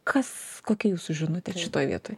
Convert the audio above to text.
kas kokia jūsų žinutė šitoj vietoj